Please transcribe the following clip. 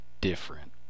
different